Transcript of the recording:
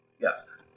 Yes